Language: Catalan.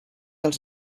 els